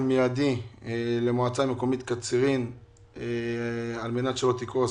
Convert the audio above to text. מיידי למועצה מקומית קצרין על-מנת שלא תקרוס.